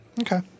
Okay